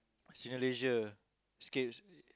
Cineleisure scape